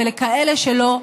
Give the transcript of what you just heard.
ולכאלה שלא,